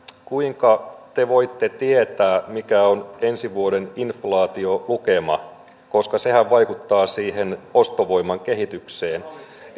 kuinka te voitte tietää mikä on ensi vuoden inflaatiolukema koska sehän vaikuttaa siihen ostovoiman kehitykseen